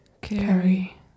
Carry